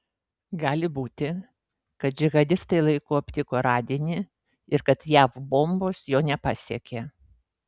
gali būti kad džihadistai laiku aptiko radinį ir kad jav bombos jo nepasiekė